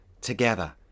together